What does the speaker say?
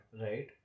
Right